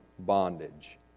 bondage